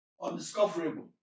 undiscoverable